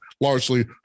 largely